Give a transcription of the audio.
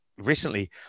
recently